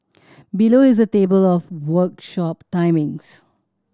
below is a table of workshop timings